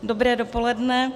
Dobré dopoledne.